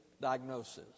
diagnosis